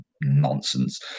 nonsense